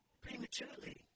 prematurely